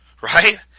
right